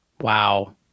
Wow